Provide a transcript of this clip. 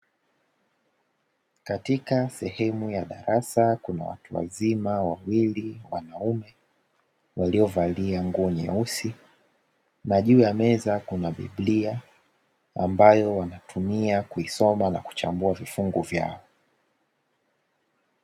Katika sehemu ya darasa kuna watu wazima wawili, wanaume waliovalia nguo nyeusi na juu ya meza kuna biblia ambayo wanatumia kuisoma na kuchambua vifungu vyao.